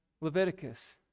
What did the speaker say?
Leviticus